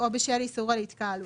או בשל איסור על התקהלות.